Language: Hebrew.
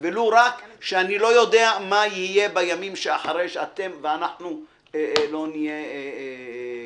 ולו רק שאני לא יודע מה יהיה בימים שאחרי שאתם ואנחנו לא נהיה כאן.